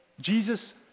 Jesus